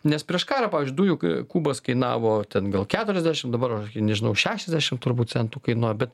nes prieš karą pavyzdžiui dujų kubas kainavo ten gal keturiasdešim dabar nežinau šešiasdešim turbūt centų kainuoja bet